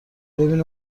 ببینیم